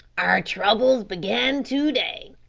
our troubles begin to-day.